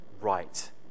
right